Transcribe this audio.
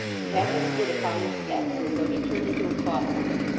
and had his foot upon the steps as though determined to accost them.